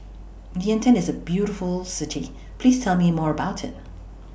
Vientiane IS A very beautiful City Please Tell Me More about IT